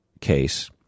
case